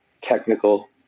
technical